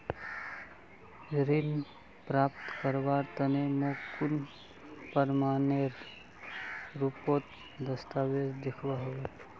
ऋण प्राप्त करवार तने मोक कुन प्रमाणएर रुपोत दस्तावेज दिखवा होबे?